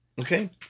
Okay